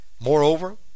Moreover